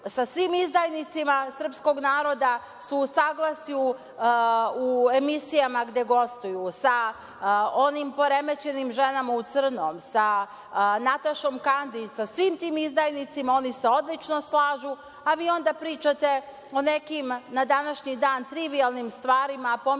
sa svim izdajnicima srpskog naroda su u saglasju u emisijama gde gostuju, sa onim poremećenim ženama u crnom, sa Natašom Kandić, sa svim tim izdajnicima oni se odlično slažu, a vi onda pričate o nekim, na današnji dan, trivijalnim stvarima, pominjete